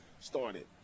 started